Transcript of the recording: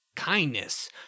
kindness